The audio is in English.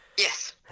Yes